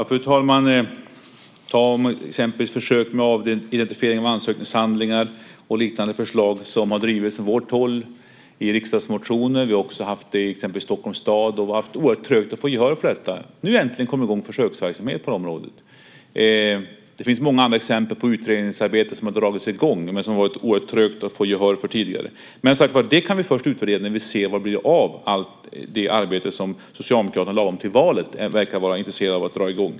Fru talman! Vi har exempelvis försök med avidentifiering av ansökningshandlingar och liknande förslag som har drivits från vårt håll i riksdagsmotioner. Vi har också haft det i exempelvis Stockholms stad. Det har varit oerhört trögt att få gehör för detta. Nu äntligen har det kommit i gång försöksverksamhet på området. Det finns många andra exempel på utredningsarbete som dragits i gång men som det har varit oerhört trögt att få gehör för tidigare. Men som sagt var: Det kan vi först utvärdera när vi ser vad vi gör av allt det arbete som Socialdemokraterna lagom till valet verkar vara intresserade av att dra i gång.